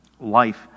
life